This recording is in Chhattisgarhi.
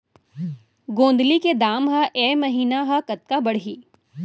गोंदली के दाम ह ऐ महीना ह कतका बढ़ही?